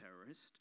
terrorist